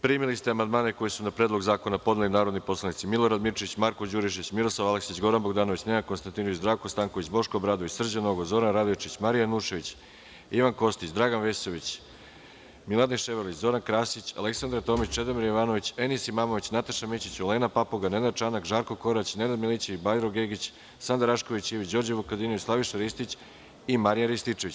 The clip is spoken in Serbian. Primili ste amandmane koje su na predlog zakona podneli narodni poslanici Milorad Mirčić, Marko Đurišić, Miroslav Aleksić, Goran Bogdanović, Nenad Konstantinović, Zdravko Stanković, Boško Obradović, Srđan Nogo, Zoran Radojčić, Marija Janjušević, Ivan Kostić, Dragan Vesović, Miladin Ševarlić, Zoran Krasić, Aleksandara Tomić, Čedomir Jovanović, Enis Imamović, Nataša Mićić, Olena Papuga, Nenad Čanak, Žarko Korać, Nenad Milić, Bajro Gegić, Sanda Rašković Ivić, Đorđe Vukadinović, Slaviša Ristić i Marijan Rističević.